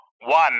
One